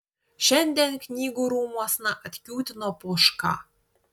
šiandien knygų rūmuosna atkiūtino poška